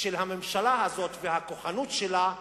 של הממשלה הזאת והכוחנות שלה,